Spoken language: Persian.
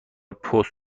پست